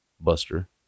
Buster